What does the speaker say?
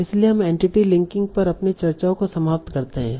इसलिए हम entity linking पर अपनी चर्चाओं को समाप्त करते हैं